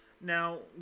Now